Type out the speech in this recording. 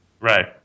Right